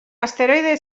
asteroide